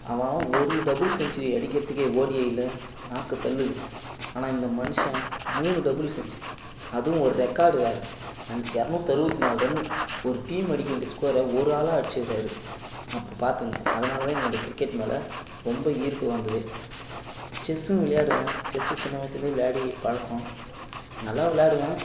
ஆனால் ஒரு double century அடிக்கிறதுக்கே ஓடிஐயில் நாக்கு தள்ளுது ஆனால் இந்த மனுஷன் மூணு டபுள் செஞ்சுரி அதுவும் ஒரு ரெக்கார்டு வேறு அண்ட் இரநூத்தி அறுபத்தி நாலு ரன்னு ஒரு டீம் அடிக்க வேண்டிய ஸ்கோரை ஒரு ஆளாக அடிச்சுருக்குறாரு அப்போ பார்த்துக்குங்க அதனால தான் எனக்கு அந்த கிரிக்கெட் மேலே ரொம்ப ஈர்ப்பு வந்ததே செஸ்ஸும் விளையாடுவேன் செஸ்ஸு சின்ன வயதிலே விளையாடி பழக்கம் நல்லா விளையாடுவேன்